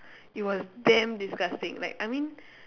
it was damn disgusting like I mean